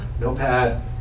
notepad